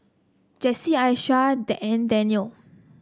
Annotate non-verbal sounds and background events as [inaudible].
Jess Aisha [unintelligible] and Dannielle